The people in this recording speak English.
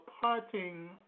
parting